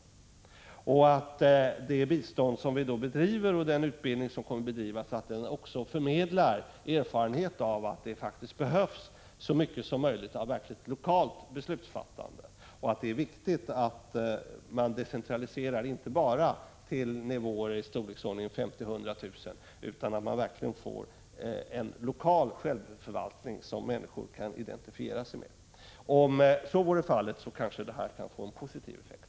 Jag hoppas att det bistånd vi ger och den utbildning som kommer att bedrivas också förmedlar erfarenhet av att det faktiskt behövs så mycket som möjligt av verkligt lokalt beslutsfattande och att det är viktigt att man decentraliserar inte bara till 29 nivåer i storleksordningen 50 000-100 000 invånare utan till enheter som verkligen får en lokal självförvaltning som människor kan identifiera sig med. Om så blir fallet kanske detta projekt kan få en positiv effekt.